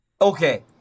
okay